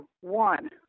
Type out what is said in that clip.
one